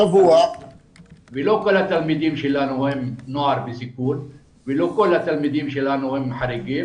ולא כל התלמידים שלנו הם נוער בסיכון ולא כל התלמידים שלנו הם חריגים,